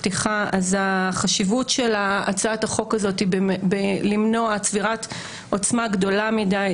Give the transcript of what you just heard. ספק שחשיבות הצעת החוק הזאת היא למנוע צבירת עוצמה גדולה מדי,